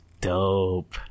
dope